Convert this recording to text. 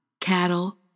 cattle